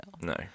no